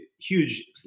huge